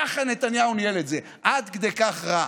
ככה נתניהו ניהל את זה, עד כדי כך רע.